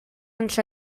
ens